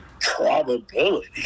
probability